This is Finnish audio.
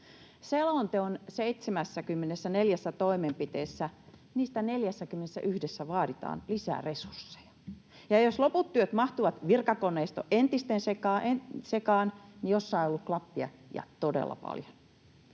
Selonteon 74 toimenpiteestä 41:ssä vaaditaan lisää resursseja, ja jos loput työt mahtuvat virkakoneiston entisten sekaan, niin jossain on ollut klappia ja todella paljon.